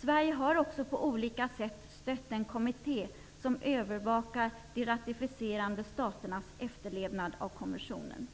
Sverige har också på olika sätt stött den kommitté som övervakar de ratificerande staternas efterlevnad av konventionen.